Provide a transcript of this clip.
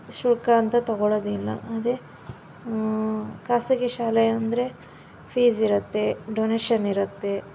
ಶುಲ್ಕ ಅಂತ ತಗೊಳೋದೆ ಇಲ್ಲ ಅದೇ ಖಾಸಗಿ ಶಾಲೆ ಅಂದರೆ ಫೀಸ್ ಇರುತ್ತೆ ಡೊನೇಷನ್ ಇರುತ್ತೆ